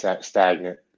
stagnant